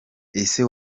ese